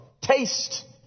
Taste